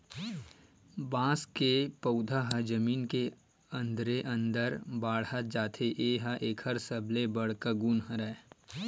बांस के पउधा ह जमीन के अंदरे अंदर बाड़हत जाथे ए ह एकर सबले बड़का गुन हरय